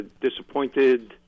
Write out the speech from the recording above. disappointed